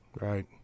Right